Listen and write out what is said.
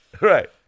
Right